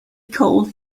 cold